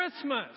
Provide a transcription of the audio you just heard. Christmas